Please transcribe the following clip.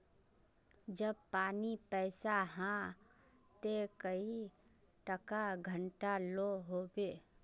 जब पानी पैसा हाँ ते कई टका घंटा लो होबे?